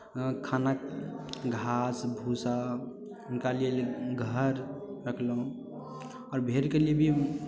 खाना घास भूसा उनका लेल घर रखलहुँ आओर बैलके लिए भी